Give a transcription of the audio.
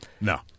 No